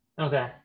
Okay